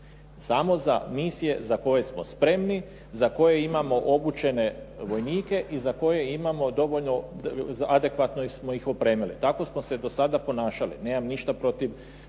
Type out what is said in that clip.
Samo za misije za koje smo spremni, za koje imamo obučene vojnike i za koje imamo dovoljno adekvatno smo ih opremili. Tako smo se do sada ponašali. Nemam ništa protiv